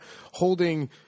holding